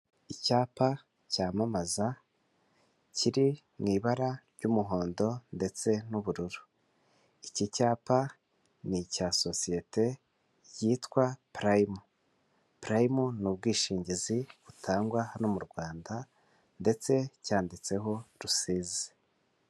Icyapa cyamamaza kiri mu ibara ry'umuhondo ndetse n'ubururu, iki cyapa ni icya sosiyete yitwa purayimu. Purayimu n'ubwishingizi butangwa hano mu Rwanda ndetse cyanditseho Rusizi.